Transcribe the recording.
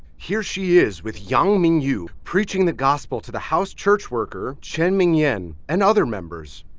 here she is with yang mingyu preaching the gospel to the house church worker chen mingyuan and other members.